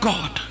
God